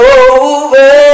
over